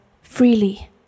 freely